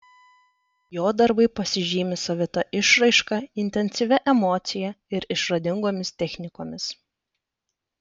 jo darbai pasižymi savita išraiška intensyvia emocija ir išradingomis technikomis